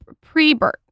Pre-birth